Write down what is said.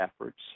efforts